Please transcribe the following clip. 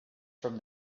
from